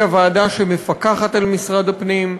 היא הוועדה שמפקחת על משרד הפנים,